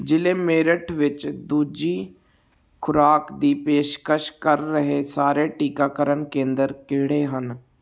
ਜ਼ਿਲ੍ਹੇ ਮੇਰਠ ਵਿੱਚ ਦੂਜੀ ਖੁਰਾਕ ਦੀ ਪੇਸ਼ਕਸ਼ ਕਰ ਰਹੇ ਸਾਰੇ ਟੀਕਾਕਰਨ ਕੇਂਦਰ ਕਿਹੜੇ ਹਨ